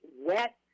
wet